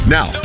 Now